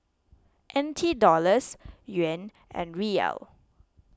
N T Dollars Yuan and Riyal